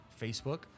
Facebook